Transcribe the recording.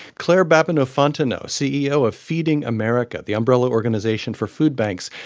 claire babineaux-fontenot, ceo of feeding america, the umbrella organization for food banks,